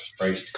right